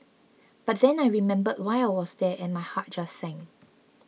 but then I remembered why I was there and my heart just sank